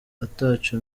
ataco